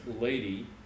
lady